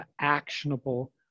actionable